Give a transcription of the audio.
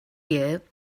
year